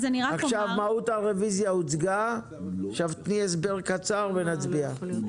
אותה רביזיה הוצגה, תני הסבר קצר ונצביע.